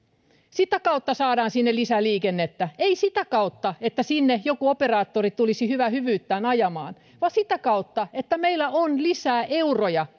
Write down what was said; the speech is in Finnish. sitä kautta saadaan sinne lisää liikennettä ei sitä kautta että sinne joku operaattori tulisi hyvää hyvyyttään ajamaan vaan sitä kautta että meillä on lisää euroja